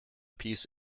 peace